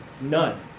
None